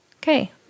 Okay